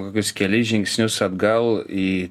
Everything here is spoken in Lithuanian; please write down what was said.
kokius kelis žingsnius atgal į